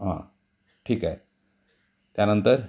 हां ठीक आहे त्यानंतर